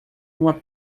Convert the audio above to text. uma